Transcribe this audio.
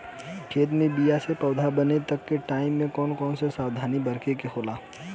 खेत मे बीया से पौधा बने तक के टाइम मे कौन कौन सावधानी बरते के होला?